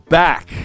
back